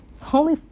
Holy